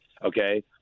Okay